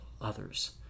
others